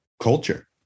culture